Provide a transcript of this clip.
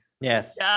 Yes